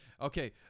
Okay